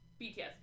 BTS